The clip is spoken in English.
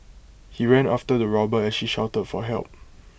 he ran after the robber as she shouted for help